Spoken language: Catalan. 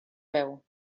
veu